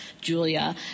Julia